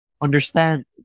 understand